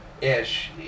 ish